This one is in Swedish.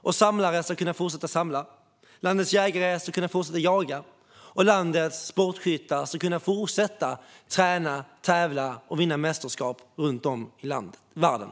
Men samlare ska kunna fortsätta samla, landets jägare ska kunna fortsätta jaga och landets sportskyttar ska kunna fortsätta träna, tävla och vinna mästerskap runt om i världen.